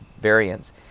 variants